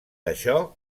això